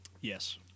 Yes